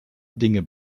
dinge